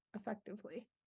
effectively